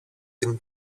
την